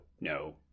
no